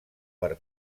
per